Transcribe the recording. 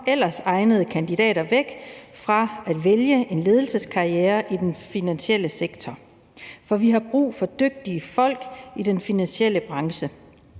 ellers egnede kandidater væk fra at vælge en ledelseskarriere i den finansielle sektor. For vi har brug for dygtige folk i den finansielle branche.